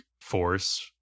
force